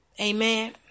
Amen